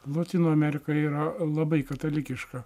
lotynų amerika yra labai katalikiška